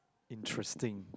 interesting